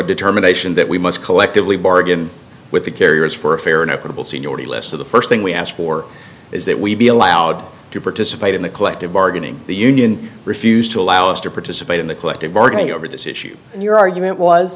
determination that we must collectively bargain with the carriers for a fair and equitable seniority lists of the first thing we ask for is that we be allowed to participate in the collective bargaining the union refused to allow us to participate in the collective bargaining over this issue and your argument was